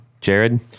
jared